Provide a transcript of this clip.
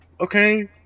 okay